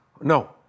no